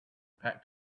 packed